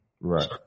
Right